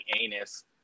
anus